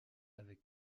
avec